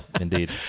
Indeed